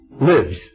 lives